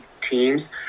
teams